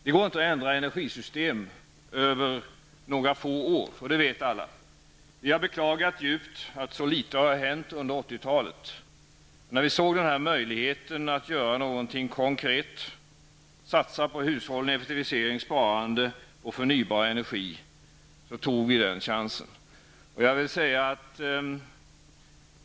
Det går inte att ändra energisystem över några få år. Det vet alla. Vi har beklagat djupt att så litet har hänt under 80-talet. När vi såg möjligheten att göra något konkret, satsa på hushållning, effektivisering, sparande och förnybar energi, tog vi den chansen.